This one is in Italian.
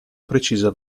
precisa